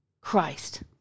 Christ